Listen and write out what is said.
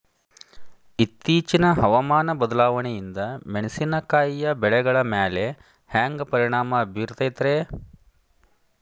ಇತ್ತೇಚಿನ ಹವಾಮಾನ ಬದಲಾವಣೆಯಿಂದ ಮೆಣಸಿನಕಾಯಿಯ ಬೆಳೆಗಳ ಮ್ಯಾಲೆ ಹ್ಯಾಂಗ ಪರಿಣಾಮ ಬೇರುತ್ತೈತರೇ?